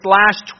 last